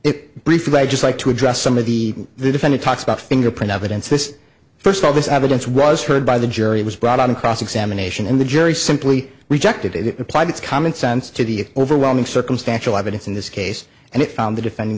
it brief i'd just like to address some of the the defendant talks about fingerprint evidence this first all this evidence was heard by the jury was brought on cross examination and the jury simply rejected it applied its common sense to the overwhelming circumstantial evidence in this case and it found the defendant